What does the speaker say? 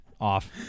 off